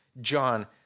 John